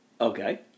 Okay